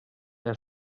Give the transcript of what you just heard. and